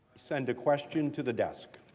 send a question to the desk.